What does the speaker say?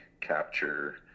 capture